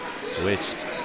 switched